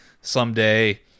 Someday